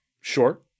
Sure